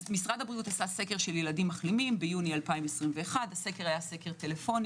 משרד הבריאות עשה סקר של ילדים מחלימים ביוני 2021. הסקר היה טלפוני,